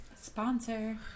sponsor